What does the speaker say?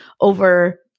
over